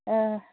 ꯑꯥ